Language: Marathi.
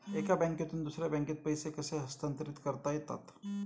एका बँकेतून दुसऱ्या बँकेत पैसे कसे हस्तांतरित करता येतात?